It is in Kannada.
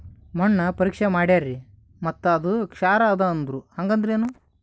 ಮಣ್ಣ ಪರೀಕ್ಷಾ ಮಾಡ್ಯಾರ್ರಿ ಮತ್ತ ಅದು ಕ್ಷಾರ ಅದ ಅಂದ್ರು, ಹಂಗದ್ರ ಏನು?